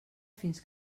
fins